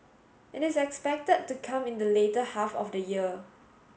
it is expected to come in the later half of the year